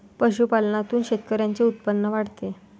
पशुपालनातून शेतकऱ्यांचे उत्पन्न वाढते